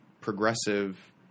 progressive